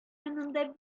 янында